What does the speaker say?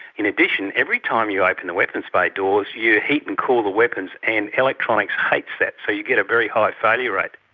in addition, every time you open the weapons bay doors you heat and cool the weapons, and electronics hates that, so you get a very high failure rate.